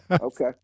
Okay